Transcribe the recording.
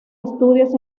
estudios